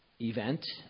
Event